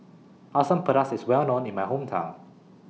Asam Pedas IS Well known in My Hometown